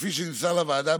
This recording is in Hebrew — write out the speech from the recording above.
כפי שנמסר לוועדה,